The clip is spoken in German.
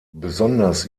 besonders